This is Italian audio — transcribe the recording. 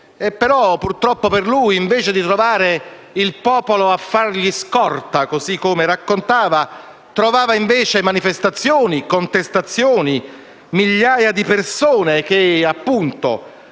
purtroppo per lui, invece di trovare il popolo a fargli scorta, così come raccontava, trovava manifestazioni, contestazioni, migliaia di persone che dal loro